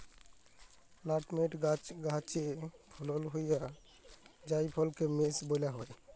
nutmeg গাহাচে ফলল হউয়া জাইফলকে মেস ব্যলা হ্যয়